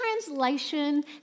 translation